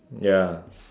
ya